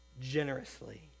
generously